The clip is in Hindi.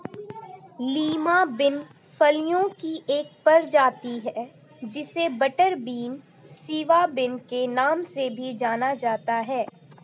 लीमा बिन फलियों की एक प्रजाति है जिसे बटरबीन, सिवा बिन के नाम से भी जाना जाता है